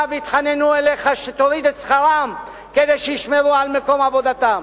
ויתחננו אליך שתוריד את שכרם כדי שישמרו על מקום עבודתם.